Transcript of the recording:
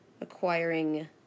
acquiring